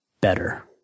better